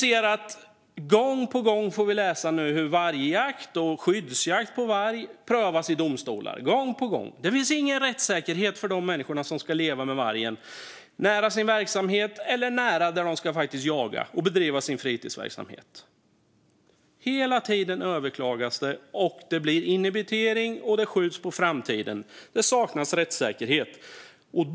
Gång på gång får vi läsa att vargjakt och skyddsjakt på varg prövas i domstolar. Det finns ingen rättssäkerhet för de människor som ska leva med vargen nära sin verksamhet eller nära där de ska jaga och bedriva sin fritidsverksamhet. Hela tiden överklagas det. Det blir inhibition och skjuts på framtiden. Det saknas rättssäkerhet.